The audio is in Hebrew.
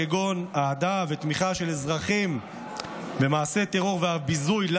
כגון אהדה ותמיכה של אזרחים במעשי טרור ואף ביזוי,